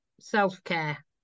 Self-care